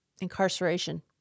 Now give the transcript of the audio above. incarceration